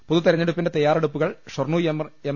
പൊതു തെരഞ്ഞെടുപ്പിന്റെ തയ്യാറെടുപ്പുകൾ ഷൊർണ്ണൂർ എം